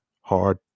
hard